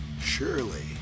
surely